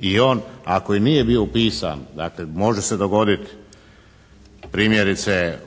i on ako i nije bio upisan, dakle može se dogoditi primjerice